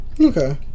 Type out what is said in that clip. okay